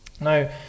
Now